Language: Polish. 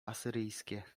asyryjskie